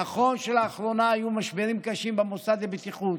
נכון, לאחרונה היו משברים קשים במוסד לבטיחות: